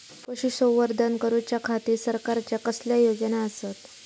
पशुसंवर्धन करूच्या खाती सरकारच्या कसल्या योजना आसत?